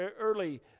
early